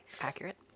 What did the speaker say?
Accurate